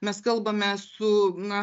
mes kalbame su na